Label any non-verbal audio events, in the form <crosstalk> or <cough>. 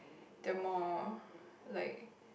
the more <breath> like